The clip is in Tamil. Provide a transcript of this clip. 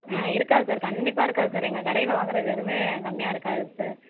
ஆ இருக்காது சார் கண்டிப்பாக இருக்காது சார் எங்கள் கடையில் வாங்குறது எதுவுமே கம்மியாக இருக்காது சார்